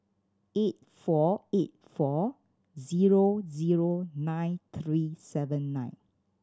eight four eight four zero zero nine three seven nine